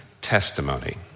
testimony